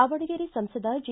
ದಾವಣಗೆರೆ ಸಂಸದ ಜಿ